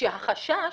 שהחשש